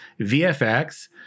VFX